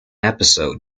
episode